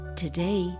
today